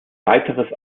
weiteres